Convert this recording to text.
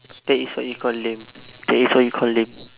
that is what you call lame that is what you call lame